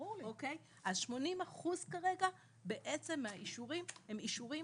אז 80% כרגע מהאישורים הם אישורים